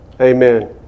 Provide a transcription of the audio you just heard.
Amen